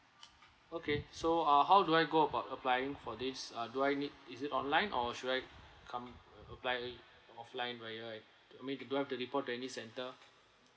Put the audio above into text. okay so ah how do I go about applying for this uh do I need is it online or should I come a~ apply offline via a d~ I mean do I have to report to any centre